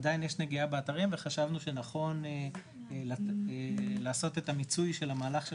עדיין יש נגיעה באתרים וחשבנו שנכון לעשות את המיצוי של המהלך של